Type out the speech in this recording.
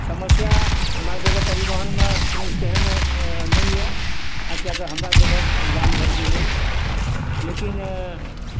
समस्या हमरा सभके परिवहनमे कोनो तेहन नहि यऽ खास कए कऽ हमरा सभके गाम घरके लेल लेकिन